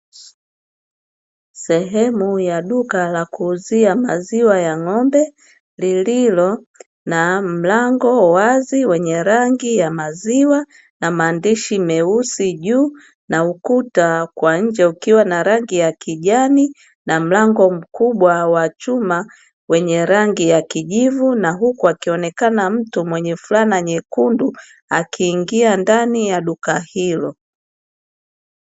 Sehemu ya duka la kuuzia maziwa ya ng'ombe lililo na mlango wazi wenye rangi ya maziwa na maandishi meusi juu, na ukuta kwa nje ukiwa na rangi ya kijani na mlango mkubwa wa chuma wenye rangi ya kijivu. Na huko akionekana mtu mwenye fulana nyekundu akiingia ndani ya duka hilo.